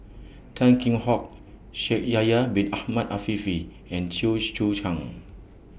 Tan Kheam Hock Shaikh Yahya Bin Ahmed Afifi and Chew Choo Chan